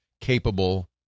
capable